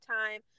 time